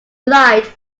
light